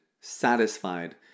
satisfied